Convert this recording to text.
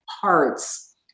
parts